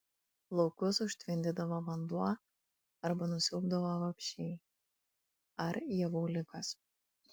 laukus užtvindydavo vanduo arba nusiaubdavo vabzdžiai ar javų ligos